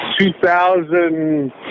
2000